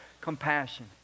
Compassion